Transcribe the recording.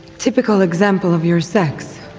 typical example of your sex